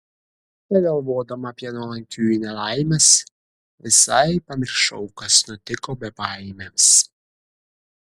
begalvodama apie nuolankiųjų nelaimes visai pamiršau kas nutiko bebaimiams